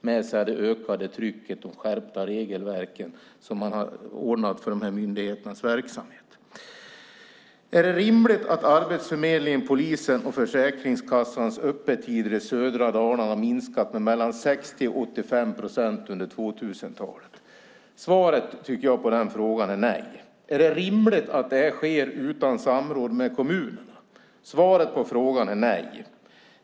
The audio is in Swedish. Det hänger ihop med det ökade trycket och med de skärpta regelverk som man har för de här myndigheternas verksamhet ordnat med. Är det rimligt att Arbetsförmedlingens, polisens och Försäkringskassans öppettider i södra Dalarna har minskat med 60-85 procent under 2000-talet? Svaret på frågan tycker jag är nej. Är det rimligt att det här sker utan samråd med kommunerna? Svaret på frågan är nej.